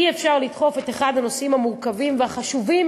אי-אפשר לדחוף את אחד הנושאים המורכבים והחשובים